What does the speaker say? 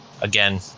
again